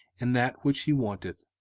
in that which he wanteth.